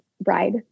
Bride